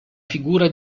figura